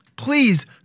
Please